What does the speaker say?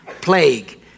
plague